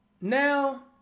Now